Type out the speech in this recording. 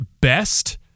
best